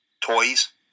toys